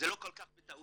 זה לא כל כך בטעות,